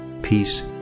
Peace